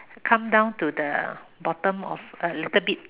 come down to the bottom of a little bit